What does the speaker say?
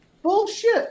Bullshit